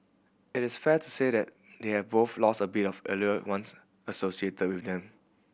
it is fair to say that they have both lost a bit of allure once associated with them